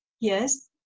Yes